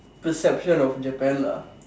perception of Japan lah